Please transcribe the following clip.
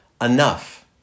Enough